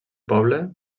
poble